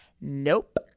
nope